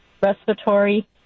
respiratory